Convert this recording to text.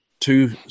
Two